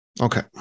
okay